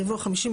יבוא "52,